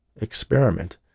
experiment